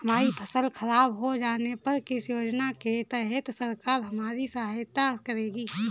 हमारी फसल खराब हो जाने पर किस योजना के तहत सरकार हमारी सहायता करेगी?